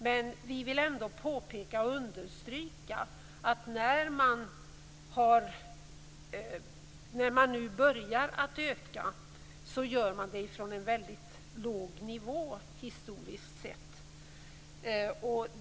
Men vi vill ändå understryka att när man nu börjar öka biståndet gör man det från en väldigt låg nivå historiskt sett.